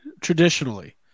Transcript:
traditionally